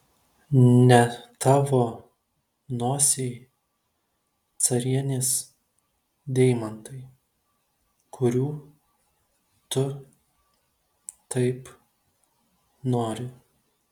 ne tavo nosiai carienės deimantai kurių tu taip nori